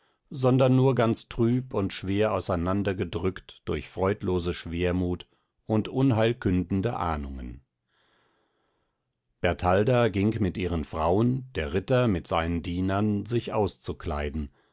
sondern nur ganz trüb und schwer auseinander gedrückt durch freudlose schwermut und unheil kündende ahnungen bertalda ging mit ihren frauen der ritter mit seinen dienern sich auszukleiden